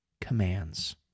commands